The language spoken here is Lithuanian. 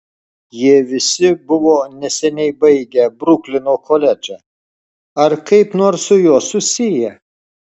jie visi buvo neseniai baigę bruklino koledžą ar kaip nors su juo susiję